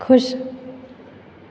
खुश